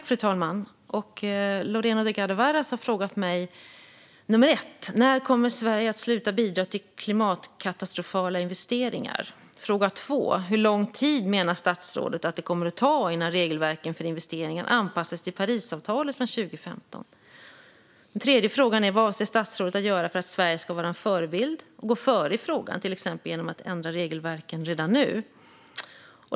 Fru talman! Lorena Delgado Varas har ställt fyra frågor till mig. Den första frågan är: När kommer Sverige att sluta bidra till klimatkatastrofala investeringar? Den andra frågan är: Hur lång tid menar statsrådet att det kommer att ta innan regelverken för investeringar anpassas till Parisavtalet från 2015? Den tredje frågan är: Vad avser statsrådet att göra för att Sverige ska vara en förebild och gå före i frågan, till exempel genom att ändra regelverken redan nu?